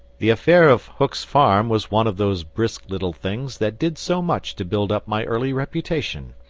the affair of hook's farm was one of those brisk little things that did so much to build up my early reputation.